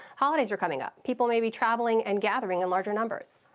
holidays are coming up? people may be traveling and gathering in larger numbers.